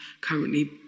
currently